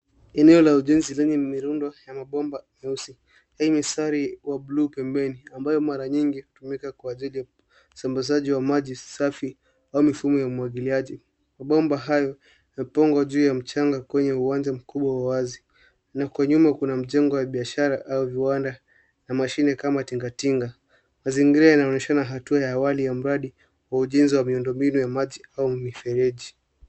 Eneo la ujenzi lenye mirundiko ya mabomba nyeusi, yenye mistari wa blue pembeni, ambayo mara nyingi hutumika kwa ajili ya usambazaji wa maji safi au mifumo ya umwagiliaji. Mabomba hayo yamepangwa juu ya mchanga kwenye uwanja mkubwa wazi na kwa nyuma kuna majengo ya biashara au viwanda na mashine kama ya tingatinga. Mazingira yanaonyesha hatua ya awali ya mradi kwa ujenzi wa miundombinu ya maji au mifereji.